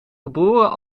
geboren